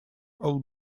all